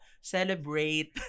celebrate